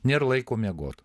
nėr laiko miegot